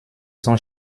son